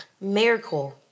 Miracle